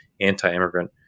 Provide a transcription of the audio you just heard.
anti-immigrant